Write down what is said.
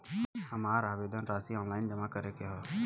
हमार आवेदन राशि ऑनलाइन जमा करे के हौ?